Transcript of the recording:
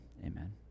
Amen